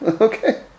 okay